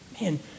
man